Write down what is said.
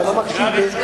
אתה לא מקשיב לי,